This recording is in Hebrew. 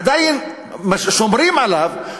עדיין שומרים עליו,